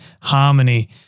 harmony